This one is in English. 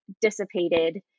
dissipated